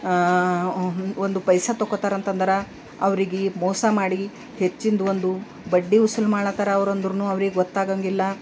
ಒಂದು ಪೈಸೆ ತೊಗೊತಾರಂತಂದ್ರೆ ಅವ್ರಿಗೆ ಮೋಸ ಮಾಡಿ ಹೆಚ್ಚಿಂದು ಒಂದು ಬಡ್ಡಿ ವಸೂಲಿ ಮಾಡುತ್ತಾರೆ ಅವ್ರಂದ್ರೂ ಅವ್ರಿಗೆ ಗೊತ್ತಾಗಂಗಿಲ್ಲ